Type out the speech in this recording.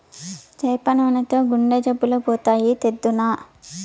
చేప నూనెతో గుండె జబ్బులు పోతాయి, తెద్దునా